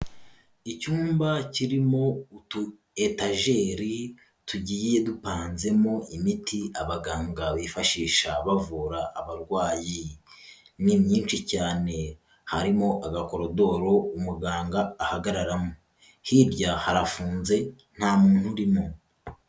Icyumba kirimo utu etajeri tugiye dupanzemo imiti abaganga bifashisha bavura abarwayi, ni myinshi cyane harimo agakorodoro umuganga ahagararamo, hirya harafunze nta muntu urimo.